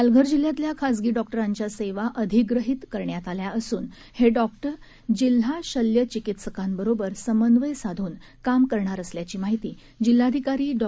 पालघर जिल्ह्यातल्या खासगी डॉक्टरांच्या सेवा अधिग्रहीत करण्यात आल्या असून हे डॉक्टर हे जिल्हा शल्य चिकित्सकांबरोबर समन्वय साधून काम करणार असल्याची माहिती जिल्हाधिकारी डॉ